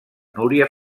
núria